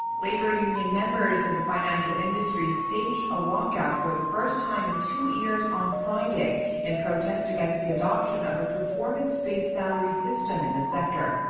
labor union members in the financial industry staged a walkout for the first time in two years on friday in protest against the adoption of a performance-based salary system in the sector.